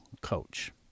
coach